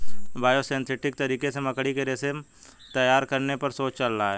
biosynthetic तरीके से मकड़ी के रेशम तैयार करने पर शोध चल रहा है